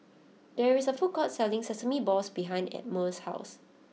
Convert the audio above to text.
there is a food court selling Sesame Balls behind Elmore's house